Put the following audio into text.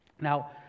Now